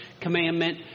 commandment